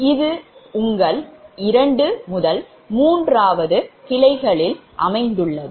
இது உங்கள் 2 முதல் 3 ஆம் கிளைகளில் உள்ளது